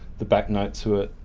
the back note to it.